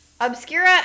obscura